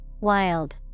Wild